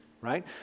right